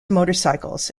motorcycles